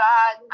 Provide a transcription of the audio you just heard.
God